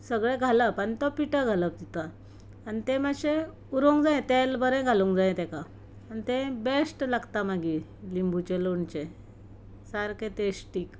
सगळें घालप आनी तो पिठो घालप तितूंत आनी तें मातशें उरोंक जाय तेल बरें घालूंक जाय तेका आनी तें बेस्ट लागता मागीर लिंबूचें लोणचें सारकें टेस्टीक